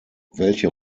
welche